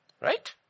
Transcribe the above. right